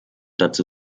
dazu